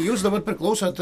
jūs dabar priklausot